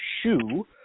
shoe